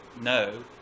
no